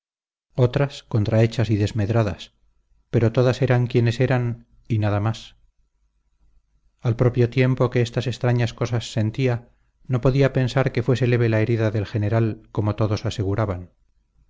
otras contrahechas y desmedradas pero todas eran quienes eran quienes eran y nada más al propio tiempo que estas extrañas cosas sentía no podía pensar que fuese leve la herida del general como todos aseguraban